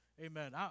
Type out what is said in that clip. Amen